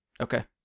Okay